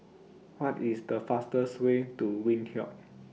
What IS The fastest Way to Windhoek